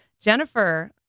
Jennifer